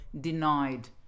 denied